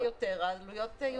ככל שיהיו יותר העלויות יוזלו.